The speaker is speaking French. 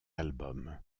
album